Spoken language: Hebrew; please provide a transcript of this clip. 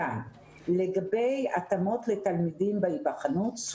לגבי התאמות לתלמידים בהיבחנות,